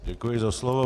Děkuji za slovo.